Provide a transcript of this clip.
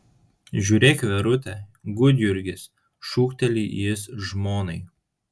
žiūrėk verute gudjurgis šūkteli jis žmonai